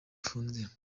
ifunze